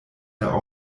der